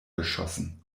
geschossen